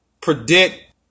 predict